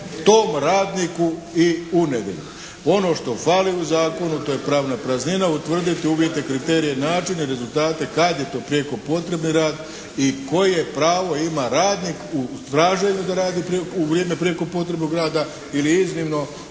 tom radniku i u nedjelju. Ono što fali u zakonu to je pravna praznina. Utvrditi uvjete, kriterije i načine i rezultate kad je to prijeko potrebni rad i koje pravo ima radnik u traženju da radi u vrijeme prijeko potrebnog rada ili iznimno